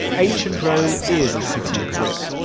ancient rome is a city of brick,